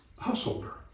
householder